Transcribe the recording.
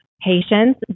patients